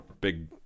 big